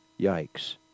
yikes